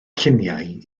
lluniau